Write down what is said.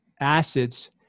acids